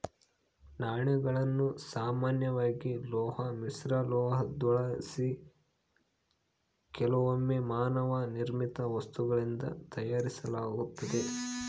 ನಾಣ್ಯಗಳನ್ನು ಸಾಮಾನ್ಯವಾಗಿ ಲೋಹ ಮಿಶ್ರಲೋಹುದ್ಲಾಸಿ ಕೆಲವೊಮ್ಮೆ ಮಾನವ ನಿರ್ಮಿತ ವಸ್ತುಗಳಿಂದ ತಯಾರಿಸಲಾತತೆ